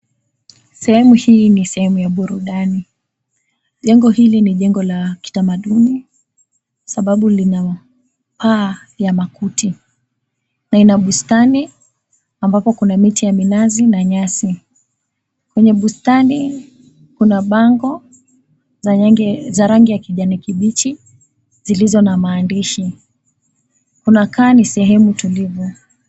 Sehemu hii, ni sehemu ya burudani. Jengo hili ni jengo la kitamaduni sababu lina paa ya makuti na ina bustani ambapo kuna miti ya minazi na nyasi. Kwenye bustani kuna bango za rangi ya kijani kibichi zilizo na mahandishi. Kunakaa ni sehemu tulivu.